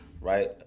Right